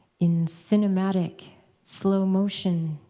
in cinematic slow-motion,